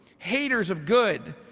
haters of good,